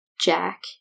Jack